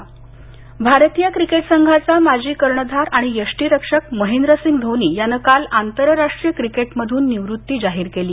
धोनी निवत्त भारतीय क्रिकेट संघाचा माजी कर्णधार आणि यष्टीरक्षक महेंद्रसिंग धोनी यानं काल आंतरराष्ट्रीय क्रिकेटमधून निवृत्ती जाहीर केली